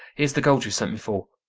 here's the gold you sent me for.